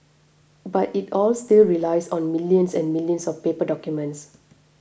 but it all still relies on millions and millions of paper documents